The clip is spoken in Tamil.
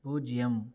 பூஜ்ஜியம்